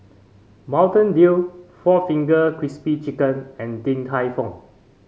Mountain Dew four Finger Crispy Chicken and Din Tai Fung